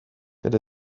get